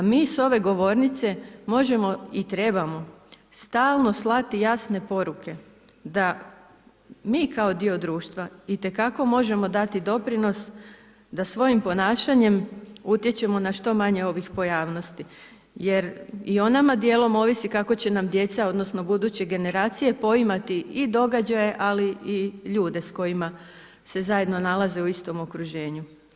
A mi s ove govornice, možemo i trebamo stalno slati jasne poruke, da mi kao dio društva, itekako možemo dati doprinos, da svojim ponašanjem utječemo na što manje ovih pojavnosti, jer i on nama dijelom ovisi, kako će nam djeca, odnosno buduće generacije, poimati i događaje ali i ljude s kojima se zajedno nalaze u istom okruženju.